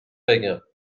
بگم